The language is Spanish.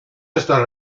estos